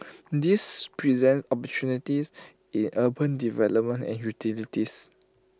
this presents opportunities in urban development and utilities